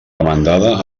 demandada